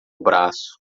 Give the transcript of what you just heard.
braço